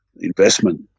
investment